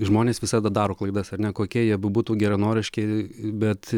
žmonės visada daro klaidas ar ne kokie jie bebūtų geranoriški bet